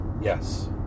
Yes